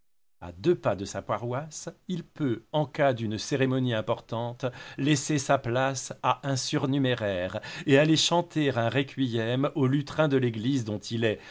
à deux pas de sa paroisse il peut en cas d'une cérémonie importante laisser sa place à un surnuméraire et aller chanter un requiem au lutrin de l'église dont il est